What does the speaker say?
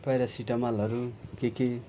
प्यारासिटीमोलहरू के के